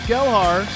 Gelhar